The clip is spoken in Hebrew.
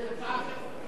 יש הסכמה.